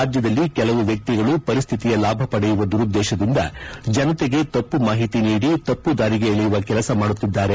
ರಾಜ್ಯದಲ್ಲಿ ಕೆಲವು ವ್ಯಕ್ತಿಗಳು ಪರಿಸ್ವಿತಿಯ ಲಾಭ ಪಡೆಯುವ ದುರುದ್ದೇಶದಿಂದ ಜನತೆಗೆ ತಪ್ಪು ಮಾಹಿತಿ ನೀಡಿ ತಪ್ಪುದಾರಿಗೆ ಎಳೆಯುವ ಕೆಲಸ ಮಾಡುತ್ತಿದ್ದಾರೆ